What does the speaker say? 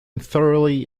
thoroughly